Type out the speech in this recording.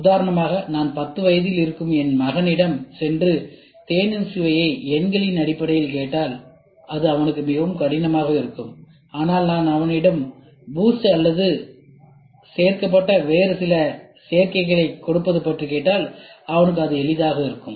உதாரணமாக நான் 10 வயதில் இருக்கும் என் மகனிடம் சென்று தேநீர் சுவையை எண்களின் அடிப்படையில் கேட்டால் இது அவனுக்கு மிகவும் கடினமாக இருக்கும் ஆனால் நான் அவனிடம் பூஸ்ட் அல்லது சேர்க்கப்பட்ட வேறு சில சேர்க்கைகளை கொடுப்பது பற்றி கேட்டால் அவனுக்கு அது எளிதாக இருக்கும்